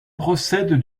procède